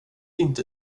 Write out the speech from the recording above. inte